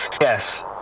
Yes